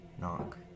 Knock